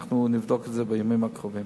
אנחנו נבדוק את זה בימים הקרובים.